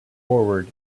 forward